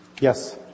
Yes